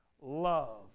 Love